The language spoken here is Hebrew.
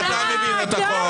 משה, אתה מבין את החוק.